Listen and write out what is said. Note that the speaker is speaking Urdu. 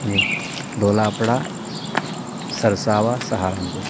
جی دھولا اپڑا سرساوا سہارنپور